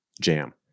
jam